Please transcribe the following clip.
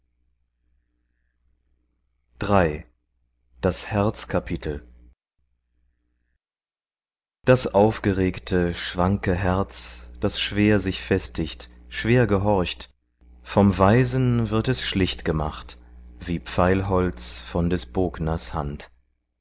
herz kapitel das aufgeregte schwanke herz das schwer sich festigt schwer gehorcht vom weisen wird es schlicht gemacht wie pfeilholz von des bogners hand